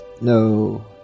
No